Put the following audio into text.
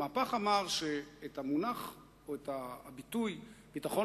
המהפך היה בכך שאת הביטוי "ביטחון